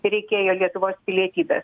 ir reikėjo lietuvos pilietybės